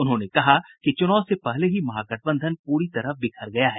उन्होंने कहा कि चुनाव से पहले ही महागठबंधन प्री तरह बिखर गया है